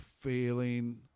feeling